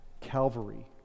Calvary